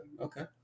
Okay